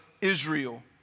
Israel